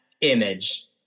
image